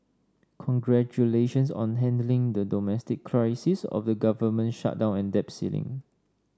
congratulations on handling the domestic crisis of the government shutdown and debt ceiling